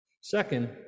Second